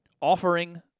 Offering